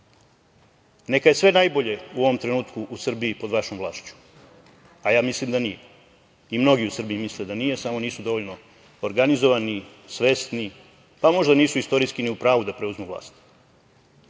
je sve najbolje u ovom trenutku u Srbiji pod vašom vlašću, a ja mislim da nije, i mnogi u Srbiji misle da nije, samo nisu dovoljno organizovani, svesni, pa možda nisu istorijski ni u pravu da preuzmu vlast,